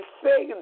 say